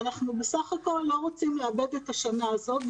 אנחנו בסך הכול לא רוצים לאבד את השנה הזאת,